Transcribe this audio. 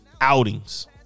outings